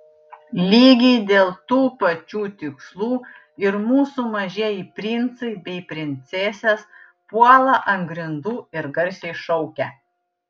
lygiai dėl tų pačių tikslų ir mūsų mažieji princai bei princesės puola ant grindų ir garsiai šaukia